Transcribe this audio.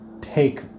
take